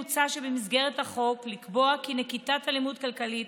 מוצע במסגרת החוק לקבוע כי נקיטת אלימות כלכלית